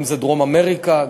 אם דרום אמריקה,